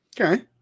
Okay